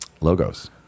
logos